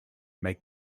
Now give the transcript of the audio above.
make